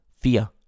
fear